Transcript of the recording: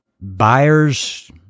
Buyers